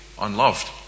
unloved